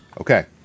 Okay